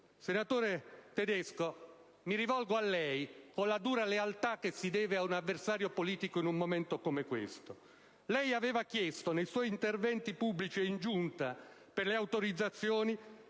Senatore Tedesco, mi rivolgo a lei con la dura lealtà che si deve a un avversario politico in un momento come questo. Lei aveva chiesto nei suoi interventi pubblici e in Giunta che il Senato